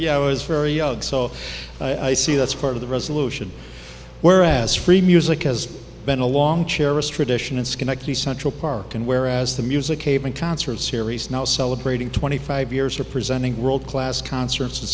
when i was very odd so i see that's part of the resolution whereas free music has been a long cherished tradition in schenectady central park and whereas the music a big concert series now celebrating twenty five years representing world class concerts in